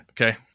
Okay